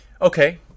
Okay